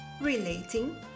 relating